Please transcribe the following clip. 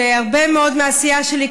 שהרבה מאוד מהעשייה שלי,